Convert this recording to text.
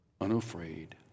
unafraid